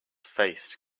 faced